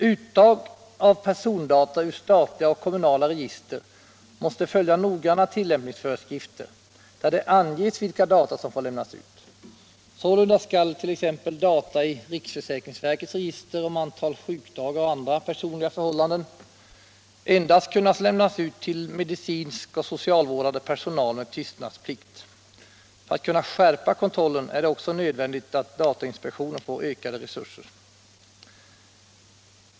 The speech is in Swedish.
Uttag av persondata ur statliga och kommunala register måste följa noggranna tillämpningsföreskrifter, där det anges vilka data som får lämnas ut. Sålunda skall t.ex. ur riksförsäkringsverkets register data om antal sjukdagar och andra personliga förhållanden endast kunna lämnas ut till medicinsk och socialvårdande personal med tystnadsplikt. För att kunna skärpa kontrollen är det också nödvändigt att datainspektionen får ökade resurser.